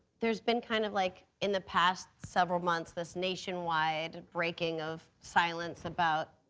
there's been kind of like, in the past several months this nationwide breaking of silence about,